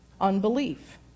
unbelief